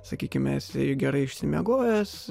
sakykime esi gerai išsimiegojęs